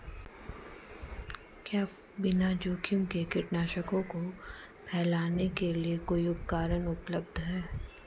क्या बिना जोखिम के कीटनाशकों को फैलाने के लिए कोई उपकरण उपलब्ध है?